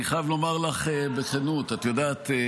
אני חייב לומר לך בכנות: את יודעת,